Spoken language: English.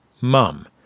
Mum